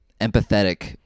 empathetic